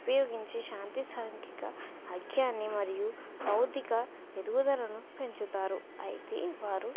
ఉపయోగించే శాంతి సాంఘిక అధ్యాన్ని మరియు భౌతిక ఎదుగుదలను పెంచుతారు అయితే వారు